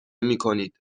میکنید